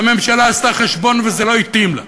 והממשלה עשתה חשבון, וזה לא התאים לה,